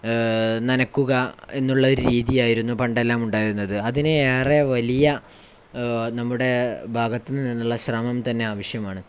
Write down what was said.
നനയ്ക്കുകയെന്നുള്ളൊരു രീതിയായിരുന്നു പണ്ടെല്ലാം ഉണ്ടായിരുന്നത് അതിന് ഏറെ വലിയ നമ്മുടെ ഭാഗത്തുനിന്നുള്ള ശ്രമം തന്നെ ആവശ്യമാണ്